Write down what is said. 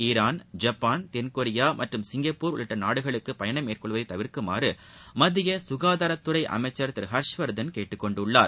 Iran Japan தென்கொரியா மற்றும் Singapore உள்ளிட்ட நாடுகளுக்கு பயணம் மேற்கொள்வதை தவிர்க்குமாறு மத்திய சுகாதாரத்துறை அமைச்சர் திரு ஹர்ஷ்வர்த்தன் கேட்டுக்கொண்டுள்ளார்